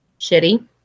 shitty